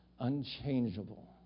unchangeable